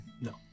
No